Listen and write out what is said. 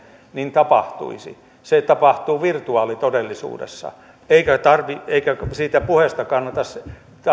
niin tapahtuisi se tapahtuu virtuaalitodellisuudessa eikä siitä puheesta